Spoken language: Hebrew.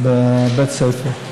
בבית הספר.